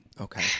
Okay